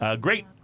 Great